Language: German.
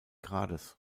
grades